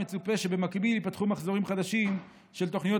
מצופה שבמקביל ייפתחו מחזורים חדשים של תוכניות